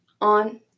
on